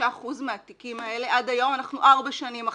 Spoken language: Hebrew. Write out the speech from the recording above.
25% מהתיקים האלה עד היום אנחנו ארבע שנים אחרי.